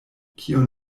kiu